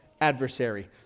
adversary